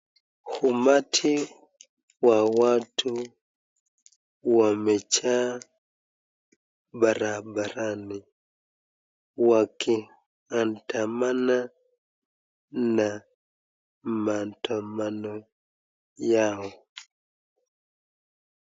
Umati wa watu wamejaa barabarani wakiandamana na maandamano yao.